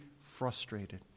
frustrated